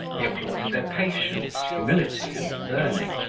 he applauded their patience, humility, and learning,